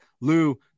Lou